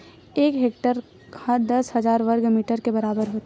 एक हेक्टेअर हा दस हजार वर्ग मीटर के बराबर होथे